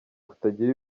kutagira